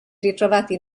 ritrovati